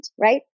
right